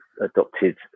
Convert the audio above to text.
adopted